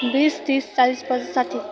बिस तिस चालिस पचास साठी